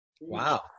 wow